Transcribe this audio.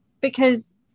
because-